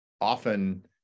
often